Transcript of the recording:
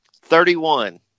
Thirty-one